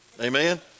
amen